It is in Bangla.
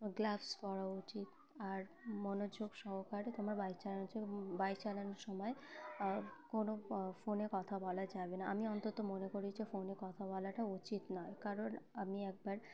গ্লাভস পরা উচিত আর মনোযোগ সহকারে তোমার বাইক চালানো বাইক চালানোর সময় কোনো ফোনে কথা বলা যাবে না আমি অন্তত মনে করি যে ফোনে কথা বলাটা উচিত নয় কারণ আমি একবার